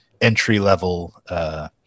entry-level